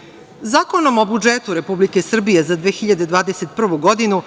promene. Zakonom o budžetu Republike Srbije za 2021. godinu,